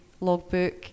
logbook